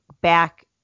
back